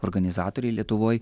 organizatoriai lietuvoj